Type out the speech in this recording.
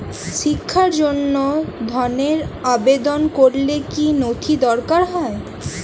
শিক্ষার জন্য ধনের আবেদন করলে কী নথি দরকার হয়?